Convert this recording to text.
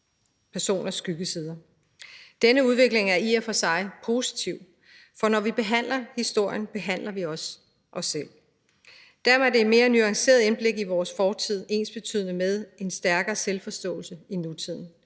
personers skyggesider. Denne udvikling er i og for sig positiv, for når vi behandler historien, behandler vi også os selv. Dermed er det mere nuancerede indblik i vores fortid ensbetydende med en stærkere selvforståelse i nutiden.